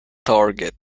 target